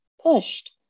pushed